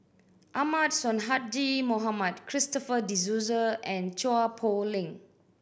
Ahmad Sonhadji Mohamad Christopher De Souza and Chua Poh Leng